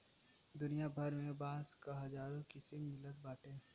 दुनिया भर में बांस क हजारो किसिम मिलत बाटे